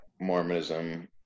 Mormonism